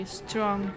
strong